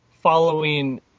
following